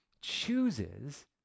chooses